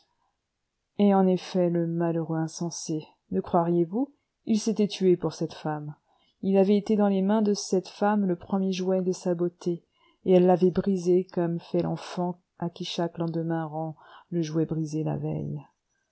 et en effet le malheureux insensé le croiriez-vous il s'était tué pour cette femme il avait été dans les mains de cette femme le premier jouet de sa beauté et elle l'avait brisé comme fait l'enfant à qui chaque lendemain rend le jouet brisé la veille